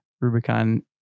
Rubicon